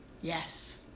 yes